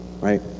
right